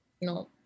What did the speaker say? no